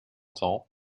temps